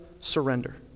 surrender